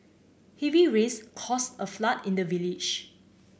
heavy rains caused a flood in the village